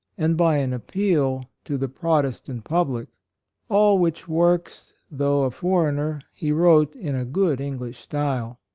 and by an appeal to the protestant public all which works, though a foreigner, he wrote in a good english style.